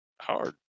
hard